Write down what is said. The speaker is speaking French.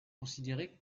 considéré